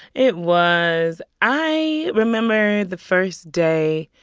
it was. i remember the first day,